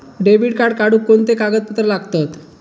Debit card काढुक कोणते कागदपत्र लागतत?